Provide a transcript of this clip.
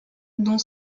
dont